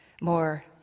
More